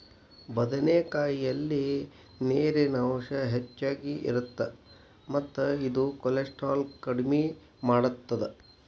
ಬದನೆಕಾಯಲ್ಲಿ ನೇರಿನ ಅಂಶ ಹೆಚ್ಚಗಿ ಇರುತ್ತ ಮತ್ತ ಇದು ಕೋಲೆಸ್ಟ್ರಾಲ್ ಕಡಿಮಿ ಮಾಡತ್ತದ